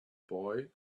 boy